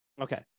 Okay